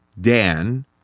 Dan